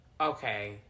okay